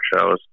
shows